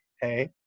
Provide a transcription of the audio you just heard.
hey